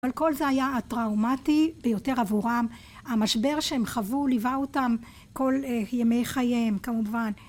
אבל כל זה היה הטראומטי ביותר עבורם. המשבר שהם חוו ליווה אותם כל ימי חייהם כמובן.